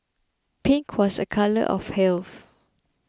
pink was a colour of health